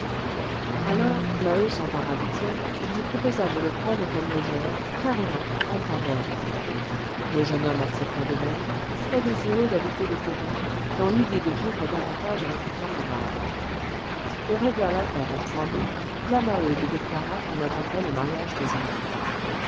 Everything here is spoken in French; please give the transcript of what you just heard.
alors maheu s'empara d'étienne et lui proposa de le prendre comme logeur carrément en brave homme le jeune homme accepta de même très désireux d'habiter le coron dans l'idée de vivre davantage avec les camarades on régla l'affaire en trois mots la maheude déclara qu'on attendrait le mariage des enfants